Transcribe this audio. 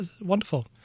wonderful